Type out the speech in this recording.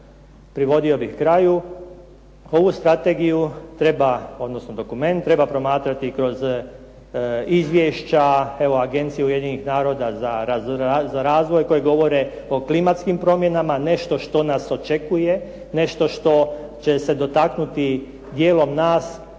privodio bih kraju. Ovu strategiju treba, odnosno dokument treba promatrati kroz izvješća evo Agencije Ujedinjenih naroda za razvoj, koje govore o klimatskim promjena, nešto što nas očekuje, nešto što će se dotaknuti dijelom nas,